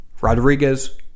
Rodriguez